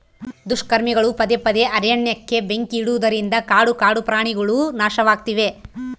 ದುಷ್ಕರ್ಮಿಗಳು ಪದೇ ಪದೇ ಅರಣ್ಯಕ್ಕೆ ಬೆಂಕಿ ಇಡುವುದರಿಂದ ಕಾಡು ಕಾಡುಪ್ರಾಣಿಗುಳು ನಾಶವಾಗ್ತಿವೆ